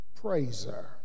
praiser